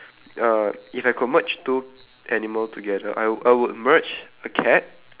uh if I could merge two animal together I I would merge a cat